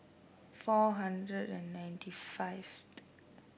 four hundred and ninety five